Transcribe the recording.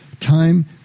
Time